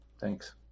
Thanks